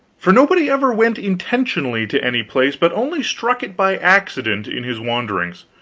for nobody ever went intentionally to any place, but only struck it by accident in his wanderings,